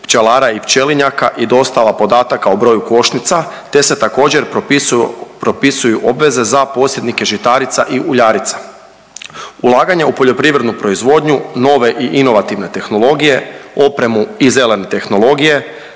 pčelara i pčelinjaka i dostava podataka o broju košnica, te se također propisuju, propisuju obveze za posjednike žitarica i uljarica. Ulaganje u poljoprivrednu proizvodnju, nove i inovativne tehnologije, opremu i zelene tehnologije,